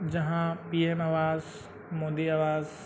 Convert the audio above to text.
ᱡᱟᱦᱟᱸ P M ᱟᱵᱟᱥ ᱢᱳᱫᱤ ᱟᱵᱟᱥ